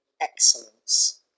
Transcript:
excellence